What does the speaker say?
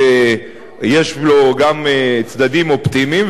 שיש לו גם צדדים אופטימיים,